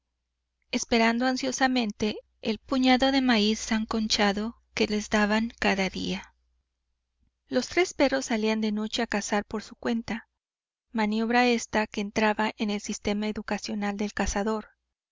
esperando ansiosamente el puñado de maíz sancochado que les daban cada día los tres perros salían de noche a cazar por su cuenta maniobra ésta que entraba en el sistema educacional del cazador